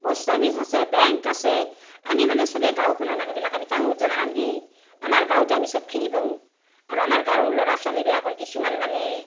post office আছে bank আছে আমি মানে চবে গাঁওখনৰ মানুহবিলাকে আমি টাউনত যাব নালগে আমাৰ গাঁৱতে আমি চবখিনি পাওঁ আৰু আমাৰ গাঁৱৰ ল'ৰা ছোৱালীবিলাকৰ কিছুমান মানে